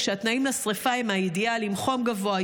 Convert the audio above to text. כשהתנאים לשרפה הם אידיאליים: חום גבוה,